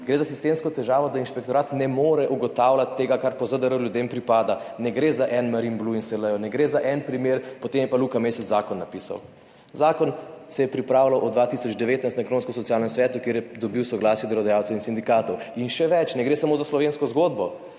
Gre za sistemsko težavo, da inšpektorat ne more ugotavljati tega, kar po ZDR ljudem pripada. Ne gre za Marinblu in Seleo. Ne gre za en primer, potem je pa Luka Mesec napisal zakon. Zakon se je pripravljal od leta 2019 na Ekonomsko-socialnem svetu, kjer je dobil soglasje delodajalcev in sindikatov. In še več. Ne gre samo za slovensko zgodbo.